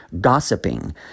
gossiping